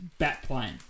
Batplane